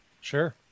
Sure